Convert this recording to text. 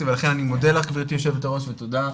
ולכן אני מודה לך גברתי יושבת הראש ותודה.